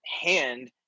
hand